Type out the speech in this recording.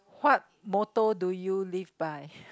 what motor do you leave by